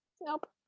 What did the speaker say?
Nope